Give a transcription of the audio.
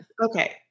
Okay